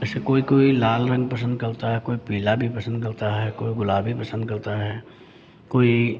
ऐसे कोई कोई लाल रंग पसंद करता है कोई पीला भी पसंद करता है कोई ग़ुलाबी पसंद करता है कोई